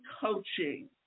coaching